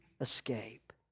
escape